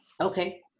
Okay